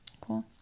Cool